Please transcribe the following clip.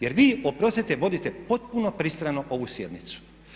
Jer vi, oprostite vodite potpuno pristrano ovu sjednicu.